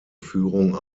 führung